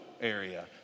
area